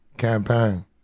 Campaign